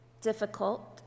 difficult